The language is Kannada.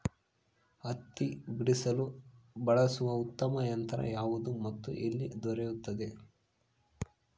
ಹತ್ತಿ ಬಿಡಿಸಲು ಬಳಸುವ ಉತ್ತಮ ಯಂತ್ರ ಯಾವುದು ಮತ್ತು ಎಲ್ಲಿ ದೊರೆಯುತ್ತದೆ?